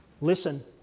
Listen